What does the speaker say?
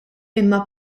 imma